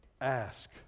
ask